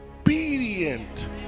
obedient